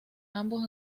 ambos